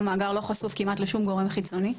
היום המאגר לא חשוף כמעט לשום גורם חיצוני.